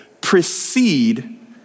proceed